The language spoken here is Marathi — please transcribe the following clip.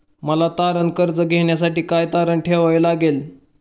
मला तारण कर्ज घेण्यासाठी काय तारण ठेवावे लागेल?